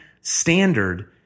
standard